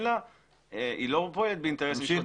היא לא פועלת מאינטרסים שונים.